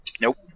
Nope